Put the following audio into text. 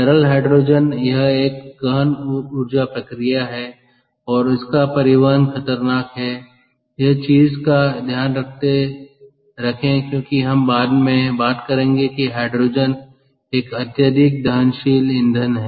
तरल हाइड्रोजन यह एक गहन ऊर्जा प्रक्रिया है और इसका परिवहन खतरनाक है यह चीज का ध्यान रखें क्योंकि हम बाद में बात करेंगे कि हाइड्रोजन एक अत्यधिक दहनशील ईंधन है